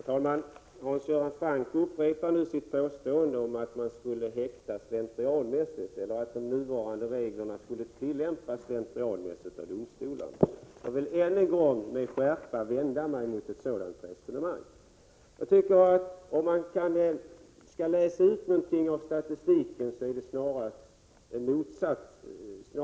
Herr talman! Hans Göran Franck upprepar sitt påstående att häktningar sker slentrianmässigt, att de nuvarande reglerna tillämpas slentrianmässigt av domstolarna. Jag vill än en gång med skärpa vända mig mot ett sådant resonemang. Det som kan utläsas av statistiken är snarast motsatsen.